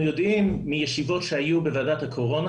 אנחנו יודעים מישיבות שהיו בוועדת הקורונה